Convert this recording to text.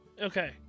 Okay